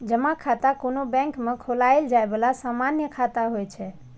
जमा खाता कोनो बैंक मे खोलाएल जाए बला सामान्य खाता होइ छै